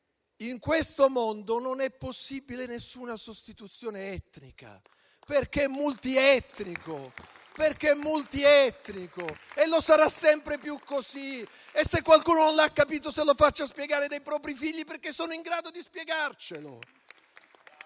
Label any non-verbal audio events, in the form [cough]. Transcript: In questo mondo non è possibile nessuna sostituzione etnica, [applause] perché è multietnico e lo sarà sempre più. Se qualcuno non l'ha capito, se lo faccia spiegare dai propri figli, perché sono in grado di spiegarcelo.